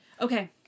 Okay